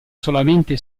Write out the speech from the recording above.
solamente